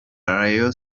rayon